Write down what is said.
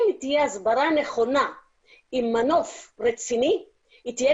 אם היא תהיה הסברה נכונה עם מנוף רציני היא תהיה